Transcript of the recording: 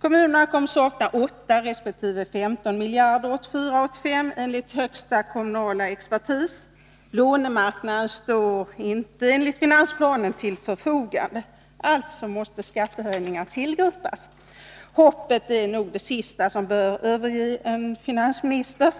Kommunerna kommer enligt högsta kommunala expertis att sakna 8 resp. 15 miljarder 1984 resp. 1985. Lånemarknaden står enligt finansplanen inte till förfogande. Alltså måste skattehöjningar tillgripas. Hoppet är nog det sista som bör överge en finansminister,